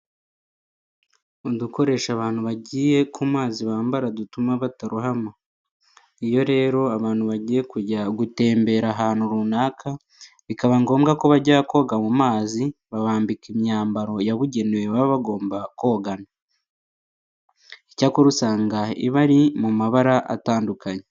Udukoresho abantu bagiye ku mazi bambara dutuma batarohama. Iyo rero abantu bagiye kujya gutemberera ahantu runaka bikaba ngombwa ko bajya koga mu mazi, babambika imyambaro yabugenewe baba bagomba kogana. Icyakora usanga iba iri mu mabara atandukanye.